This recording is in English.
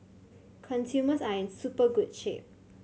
consumers are in super good shape